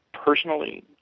personally